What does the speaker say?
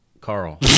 Carl